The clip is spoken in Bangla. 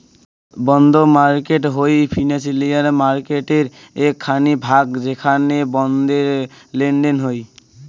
বন্ড মার্কেট হই ফিনান্সিয়াল মার্কেটের এক খানি ভাগ যেখানে বন্ডের লেনদেন হই